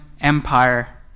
Empire